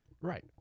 Right